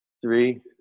three